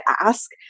ask